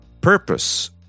purpose